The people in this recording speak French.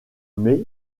mai